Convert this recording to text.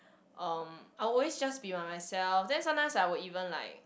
um I always just be by myself then sometimes I would even like